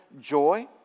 joy